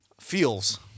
feels